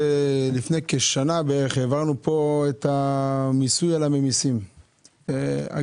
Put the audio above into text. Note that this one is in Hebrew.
לפני כשנה בערך העברנו פה את המיסוי על הממסים - אגב,